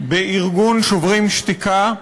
בארגון "שוברים שתיקה",